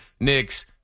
Knicks